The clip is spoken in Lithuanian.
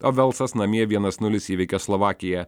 o velsas namie vienas nulis įveikė slovakiją